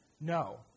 No